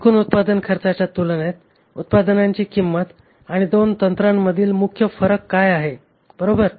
एकूण उत्पादन खर्चाच्या तुलनेत उत्पादनाची किंमत आणि 2 तंत्रांमधील मुख्य फरक काय आहे बरोबर